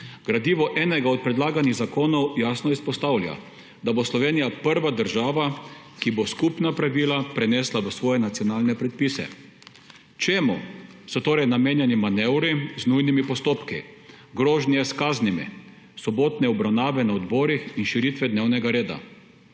Gradivo enega od predlaganih zakonov jasno izpostavlja, da bo Slovenija prva država, ki bo skupna pravila prenesla v svoje nacionalne predpise. Čemu so torej namenjeni manevri z nujnimi postopki, grožnje s kaznimi, sobotne obravnave na odborih in širitve dnevnega reda?